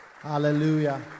hallelujah